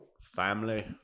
Family